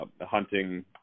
hunting